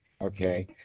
Okay